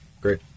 Great